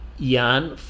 IAN